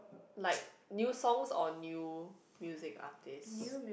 like new songs or new music artist